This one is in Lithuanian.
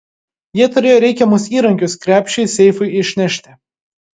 jie turėjo reikiamus įrankius krepšį seifui išnešti